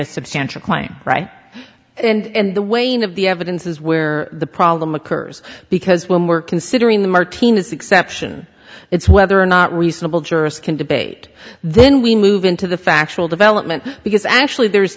a substantial claim right and the weighing of the evidence is where the problem occurs because when we're considering the martinez exception it's whether or not reasonable jurors can debate then we move into the factual development because actually there